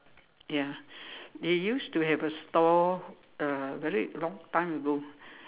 ya they used to have a stall uh very long time ago